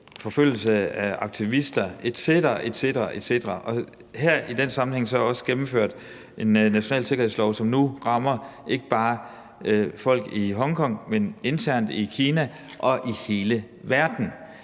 forfølgelse af aktivister etc. etc. Og her i den sammenhæng er der så også gennemført en national retssikkerhedslov, som nu rammer ikke bare folk i Hongkong, men også folk internt i Kina og i hele verden.